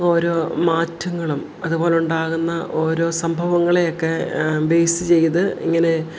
ഓരോ മാറ്റങ്ങളും അതുപോലുണ്ടാകുന്ന ഓരോ സംഭവങ്ങളെയൊക്കെ ബേസ് ചെയ്ത് ഇങ്ങനെ